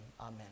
amen